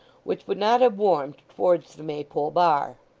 which would not have warmed towards the maypole bar.